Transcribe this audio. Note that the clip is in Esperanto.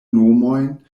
nomojn